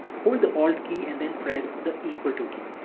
hold the alt key and then press the equal to key.